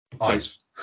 Ice